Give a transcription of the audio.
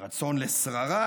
רצון לשררה,